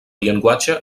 llenguatge